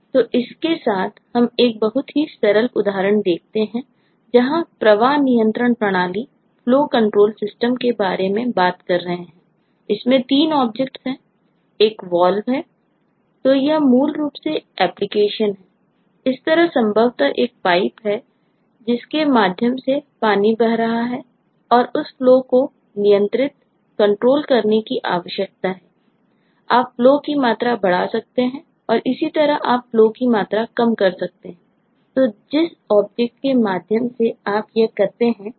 तो इसके साथ हम एक बहुत ही सरल उदाहरण देखते हैं तो हम प्रवाह नियंत्रण प्रणालीफ्लो कंट्रोल सिस्टम के माध्यम से आप यह करते हैं वह Valve कहलाता है